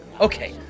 Okay